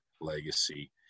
Legacy